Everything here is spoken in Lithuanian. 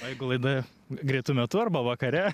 o jeigu laidoje greitu metu arba vakare